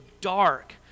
dark